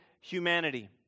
humanity